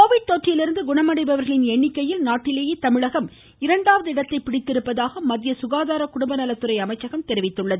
Covid தொற்றிலிருந்து குணமடைபவர்களின் எண்ணிக்கையில் நாட்டிலேயே இரண்டாவது இடத்தை பிடித்துள்ளதாக மத்திய தமிழகம் சுகாதார குடும்பநலத்துறை அமைச்சகம் தெரிவித்துள்ளது